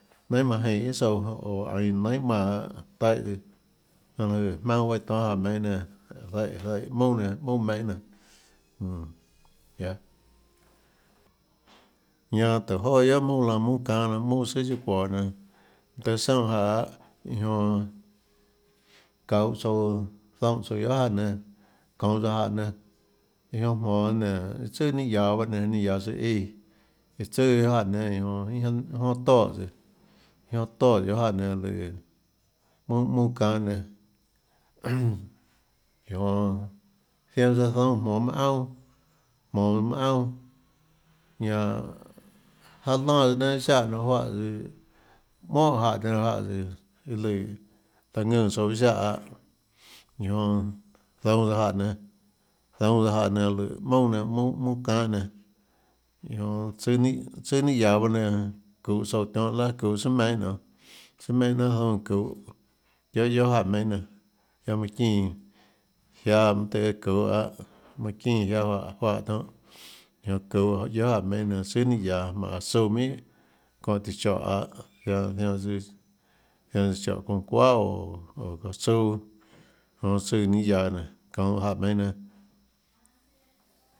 Nainhà manã jinhå guiohà tsouã oå einã nainhà manã taíhã tsøã láhå jøè jmaønâ bahâ iã tonhâ jáhã meinhâ nénâ zaíhã zaíhã mounà nénâ mounàmeinhâ nénâ mmm ya ñanã tóhå jonà guiohà mounà lánâ mounà çanhâ lánâ mounà tsùà chiâ çuoå nénâ mønâ tøhê soúnhã jáhã lahâ iã jonã çauhå tsouã zoúnã tsouã guiohà jáhã nénâ çounhå tsouã jáhã nénâ iã jonã jmonå nénå iã tsøà ninâ guiaå baâ nénâ ninâ guiaå tsøã íã iã tsøà guiohà jáhã nénâ iã jonã iâ jonà toè tsøã iâ jonà toè guiohà jáhã nénâ lùã mounàmounà çanhâ nénâ iã jonã zianã tsouã zoúnâ jmonå mønã aunà jmonå mønã aunà ñanã jáhã lánã tsøã nénâ iâ siáhã nonê juáhã tsøã mónhà jáhã nénâ juáhã tsøã iã lùã ðùnã tsouã iâ ziáhã iã jonã zoúnâ tsøã jáhã nénâ zoúnâ tsøã jáhã nénâ lùã mounà nénâ mounàmounà çanhâ nénâ iã jonã tsùâ ninâ tsùâ ninâ guiaå bahâ nénâ çuhå tsouã tionhâ laà çuhå tsùà meinhâ nionê tsùà meinhâ jnánhà zoúnâ çuhå guiaâ guiohà jáhã meinhâ nénâ guiaâ manã çínã jiáâ mønâ tøhê çuhå lahâ manã çínã jiáâ juáhã tionhâ iã jonã çuhå guiohà jáhã meinhâ nénâ tsùà ninâ guiaå jmánhå tsuâ minhà çóhã tíã chóhå lahâ zianã søã zianã søãchóhå çounã çuahà oå çounã tsuâ jonã tsùã ninâ guiaå nénå çounhå jáhã meinhâ nénâ.